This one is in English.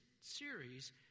series